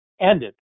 ended